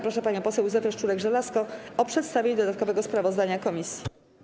Proszę panią poseł Józefę Szczurek-Żelazko o przedstawienie dodatkowego sprawozdania komisji.